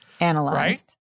analyzed